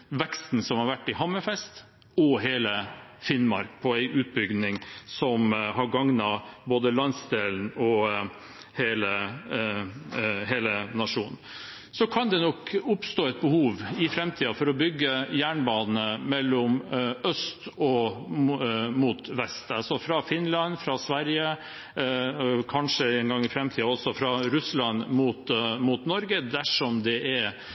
veksten som har vært i Hammerfest og i hele Finnmark av en utbygging som har gagnet både landsdelen og hele nasjonen. Det kan nok oppstå et behov i framtiden for å bygge jernbane fra øst og mot vest, fra Finland eller fra Sverige – kanskje en gang i framtiden også fra Russland – mot Norge dersom det er